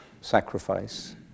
sacrifice